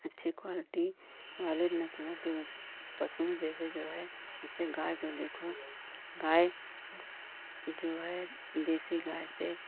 अच्छी क्वालिटी वाले नस्लों के पशुओं में जैसे जो है जैसे गाय को देखो गाय जो है देसी गाय से